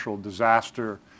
disaster